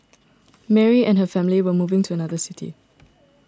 Mary and her family were moving to another city